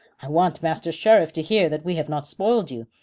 i want master sheriff to hear that we have not spoiled you.